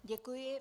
Děkuji.